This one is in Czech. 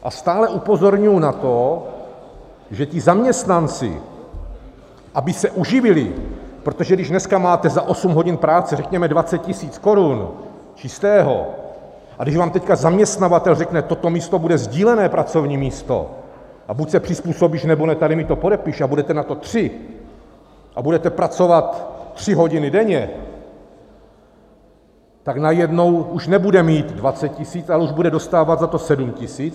A stále upozorňuji na to, že ti zaměstnanci, aby se uživili, protože když dneska máte za 8 hodin práce řekněme 20 tisíc korun čistého a když vám teď zaměstnavatel řekne, toto místo bude sdílené pracovní místo, a buď se přizpůsobíš, nebo ne, tady mi to podepiš, a budete na to tři a budete pracovat tři hodiny denně, tak najednou už nebude mít 20 tisíc, ale už bude dostávat za to 7 tisíc.